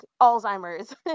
alzheimer's